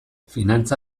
finantza